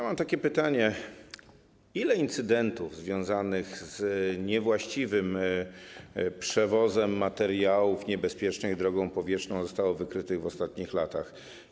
Mam takie pytanie: Ile incydentów związanych z niewłaściwym przewozem materiałów niebezpiecznych drogą powietrzną zostało wykrytych w ostatnich latach?